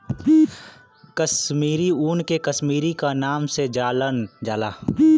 कसमीरी ऊन के कसमीरी क नाम से जानल जाला